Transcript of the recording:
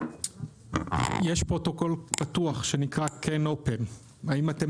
יש פרוטוקול פתוח שנקרא CANopen האם אתם